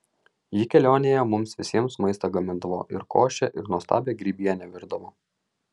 ji kelionėje mums visiems maistą gamindavo ir košę ir nuostabią grybienę virdavo